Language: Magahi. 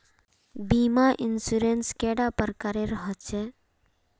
बीमा इंश्योरेंस कैडा प्रकारेर रेर होचे